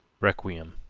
requiem,